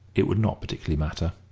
it would not particularly matter.